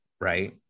right